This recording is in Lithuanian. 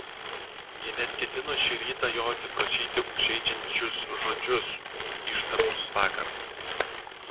ji net ketino šį rytą jo atsiprašyti už žeidžiančius žodžius ištartus vakar